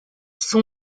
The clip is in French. son